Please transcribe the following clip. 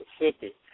Mississippi